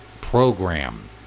program